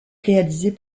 réalisée